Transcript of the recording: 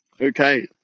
Okay